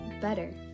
better